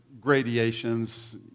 gradations